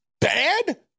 bad